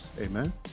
Amen